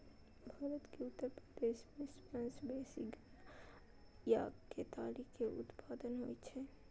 भारत के उत्तर प्रदेश मे सबसं बेसी गन्ना या केतारी के उत्पादन होइ छै